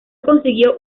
consiguió